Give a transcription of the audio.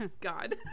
God